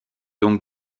donc